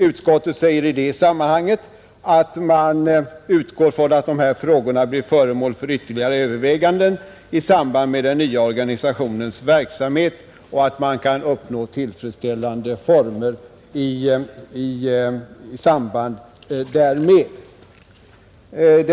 Utskottet säger i det sammanhanget att man utgår ifrån att dessa frågor blir föremål för ytterligare överväganden i samband med den nya organisationens verksamhet och att man kan uppnå tillfredsställande former i samband därmed samt att resultatet av övervägandena redovisas i statsverksproposition.